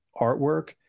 artwork